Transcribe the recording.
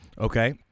Okay